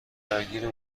درگیر